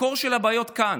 המקור של הבעיות הוא כאן,